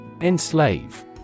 Enslave